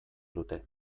dute